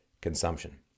consumption